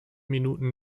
minuten